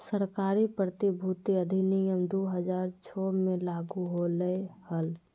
सरकारी प्रतिभूति अधिनियम दु हज़ार छो मे लागू होलय हल